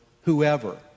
whoever